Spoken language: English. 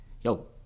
yo